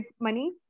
money